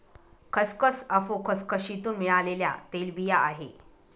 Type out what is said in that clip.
खसखस अफू खसखसीतुन मिळालेल्या तेलबिया आहे